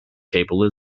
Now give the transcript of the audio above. table